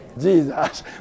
Jesus